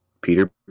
Peter